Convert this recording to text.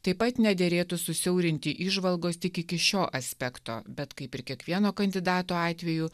taip pat nederėtų susiaurinti įžvalgos tik iki šio aspekto bet kaip ir kiekvieno kandidato atveju